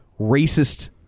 racist